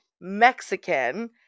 Mexican